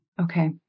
Okay